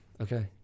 Okay